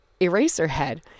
Eraserhead